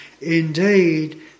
indeed